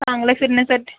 चांगलं फिरण्यासाठी